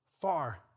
far